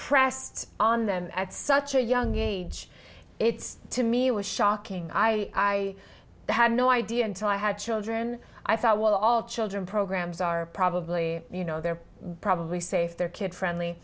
pressed on them at such a young age it's to me was shocking i had no idea until i had children i thought well all children programs are probably you know they're probably safe their kid friendly